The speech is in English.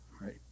right